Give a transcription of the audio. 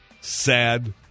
Sad